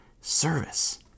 service